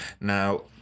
now